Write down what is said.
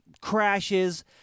crashes